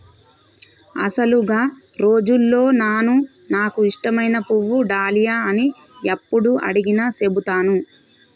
అసలు గా రోజుల్లో నాను నాకు ఇష్టమైన పువ్వు డాలియా అని యప్పుడు అడిగినా సెబుతాను